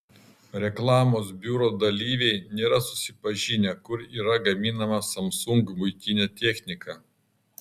reklamos biuro dalyviai nėra susipažinę kur yra gaminama samsung buitinė technika